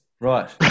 Right